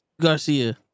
Garcia